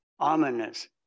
ominous